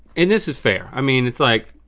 and this is fair. i mean it's like.